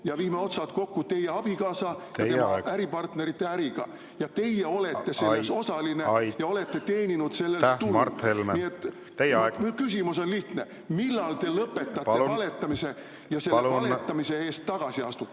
Ja viime otsad kokku teie abikaasa ja tema äripartnerite äriga. Teie olete selles osaline, te olete teeninud sellega tulu. Küsimus on lihtne: millal te lõpetate valetamise ja selle valetamise eest tagasi astute?